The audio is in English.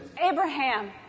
Abraham